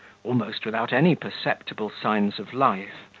almost without any perceptible signs of life,